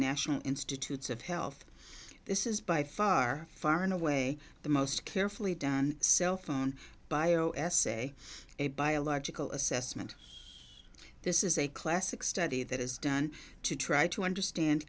national institutes of health this is by far far and away the most carefully done cell phone bio essay a biological assessment this is a classic study that is done to try to understand